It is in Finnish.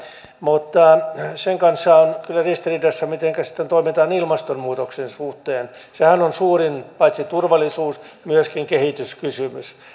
mutta sen kanssa on kyllä ristiriidassa mitenkä sitten toimitaan ilmastonmuutoksen suhteen sehän on suurin paitsi turvallisuus myöskin kehityskysymys